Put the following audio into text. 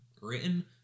written